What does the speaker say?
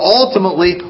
ultimately